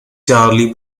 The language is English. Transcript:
charlie